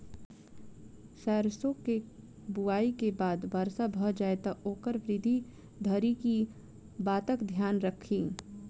सैरसो केँ बुआई केँ बाद वर्षा भऽ जाय तऽ ओकर वृद्धि धरि की बातक ध्यान राखि?